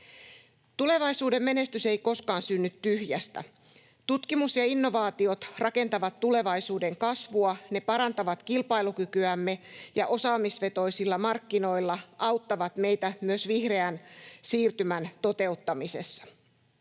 Tulevaisuuden menestys ei koskaan synny tyhjästä. Tutkimus ja innovaatiot rakentavat tulevaisuuden kasvua, ne parantavat kilpailukykyämme ja osaamisvetoisilla markkinoilla auttavat meitä myös vihreän siirtymän toteuttamisessa.